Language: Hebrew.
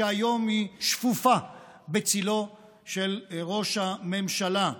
שהיום היא שפופה בצלו של ראש הממשלה.